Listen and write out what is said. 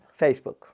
Facebook